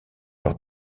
leur